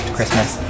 Christmas